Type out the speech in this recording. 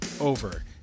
over